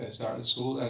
they start in school.